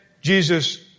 Jesus